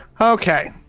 Okay